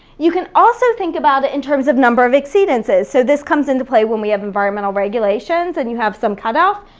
you can also think about it in terms of number of exceedances, so this comes into play when we have environmental regulations, and you have some cut off.